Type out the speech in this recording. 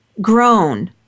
grown